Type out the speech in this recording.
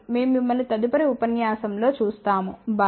మేము మిమ్మల్ని తదుపరి ఉపన్యాసం లో చూస్తాము బై